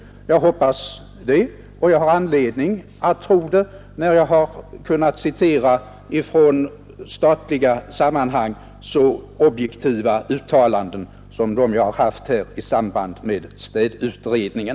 Jag hoppas det, och jag har anledning att tro det när jag från statliga sammanhang har kunnat citera så objektiva uttalanden som jag har gjort i samband med städutredningen.